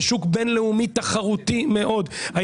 בשוק בינלאומי תחרותי מאוד,